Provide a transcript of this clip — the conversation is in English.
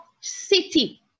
city